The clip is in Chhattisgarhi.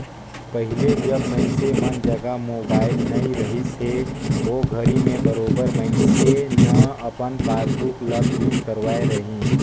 पहिले जब मइनसे मन जघा मोबाईल नइ रहिस हे ओघरी में बरोबर मइनसे न अपन पासबुक ल प्रिंट करवाय रहीन